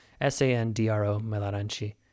S-A-N-D-R-O-Melaranchi